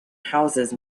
houses